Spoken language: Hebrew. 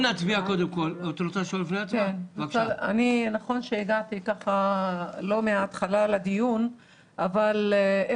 למרות שלא הייתי כאן ממש מתחילת הדיון אבל אם